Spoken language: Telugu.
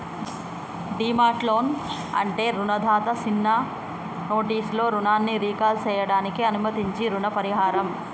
డిమాండ్ లోన్ అంటే రుణదాత సిన్న నోటీసులో రుణాన్ని రీకాల్ సేయడానికి అనుమతించించీ రుణ పరిహారం